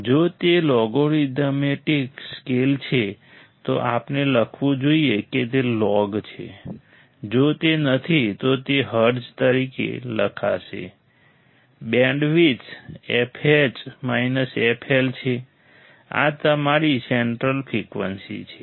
જો તે logarithmic scale છે તો આપણે લખવું જોઈએ કે તે લોગ છે જો તે નથી તો તે હર્ટ્ઝ તરીકે લખશે બેન્ડવિડ્થ fH fL છે આ તમારી સેન્ટ્રલ ફ્રિકવન્સી છે